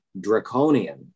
draconian